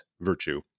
virtue